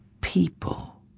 people